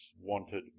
wanted